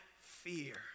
fear